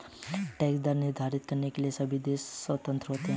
tax दर निर्धारित करने के लिए सभी देश स्वतंत्र होते है